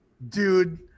Dude